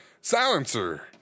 Silencer